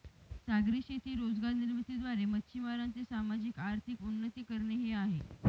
सागरी शेती रोजगार निर्मिती द्वारे, मच्छीमारांचे सामाजिक, आर्थिक उन्नती करणे हे आहे